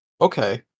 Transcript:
okay